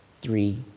three